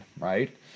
right